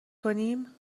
کنیم